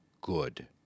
good